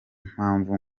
mpamvu